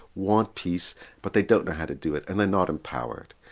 want peace but they don't know how to do it and they're not empowered.